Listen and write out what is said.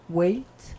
wait